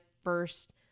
first